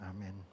Amen